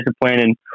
disciplined